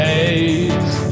days